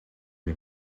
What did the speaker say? бай